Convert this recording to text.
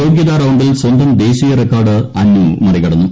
യോഗ്യത റൌണ്ടിൽ സ്വന്തം ദേശീയ റെക്കോർഡ് അന്നു മറികടന്നു